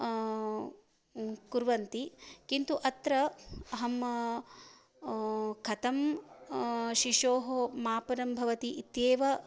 कुर्वन्ति किन्तु अत्र अहं कथं शिशोः मापनं भवति इत्येव